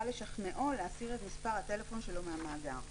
לשכנעו להסיר את מספר הטלפון שלו מהמאגר.